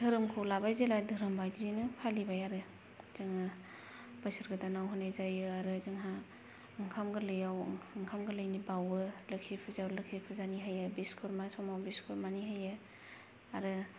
धोरोमखौ लाबाय जेला धोरोम बायदियैनो फालिबाय आरो जोंङो बोसोर गोदानाव होनाय जायो आरो जोंहा ओंखाम गोरलैआव ओंखाम गोरलैनि बावो लोखि फुजायाव लोखि फुजानि होयो बिस्वकरमा समाव बिस्वकरमानि होयो आरो